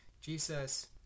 Jesus